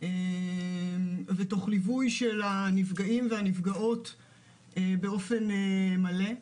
ותוך ליווי של הנפגעים והנפגעות באופן מלא.